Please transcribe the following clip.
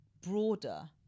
broader